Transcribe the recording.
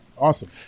awesome